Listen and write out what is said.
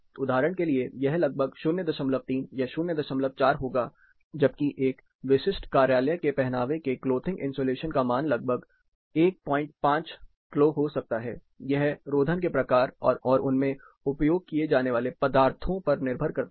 उदाहरण के लिए यह लगभग 03 या 04 होगा जबकि एक विशिष्ट कार्यालय के पहनावे के क्लोथिंग इंसुलेशन का मान लगभग 15 क्लो हो सकता है यह रोधन के प्रकार और उनमें उपयोग किए जाने वाले पदार्थों पर निर्भर करता है